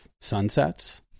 Sunsets